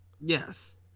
yes